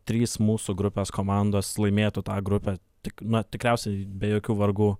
trys mūsų grupės komandos laimėtų tą grupę tik na tikriausiai be jokių vargų